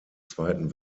zweiten